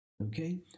Okay